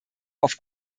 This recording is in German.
auf